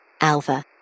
Alpha